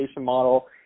model